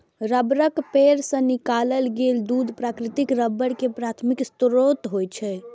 रबड़क पेड़ सं निकालल गेल दूध प्राकृतिक रबड़ के प्राथमिक स्रोत होइ छै